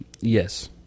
Yes